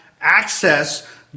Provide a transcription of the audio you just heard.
access